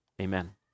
amen